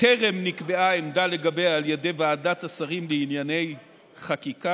טרם נקבעה עמדה לגביה על ידי ועדת השרים לענייני חקיקה,